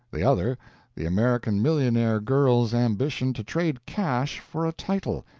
the other the american millionaire-girl's ambition to trade cash for a title,